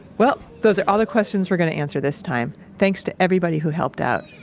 well, those are all the questions we're going to answer this time. thanks to everybody who helped out.